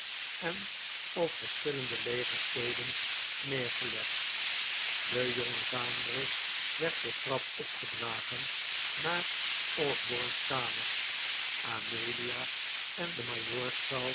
en op verschillende legersteden neergelegd de jonge vaandrig werd de trap op gedragen naar osborne's kamer amelia en de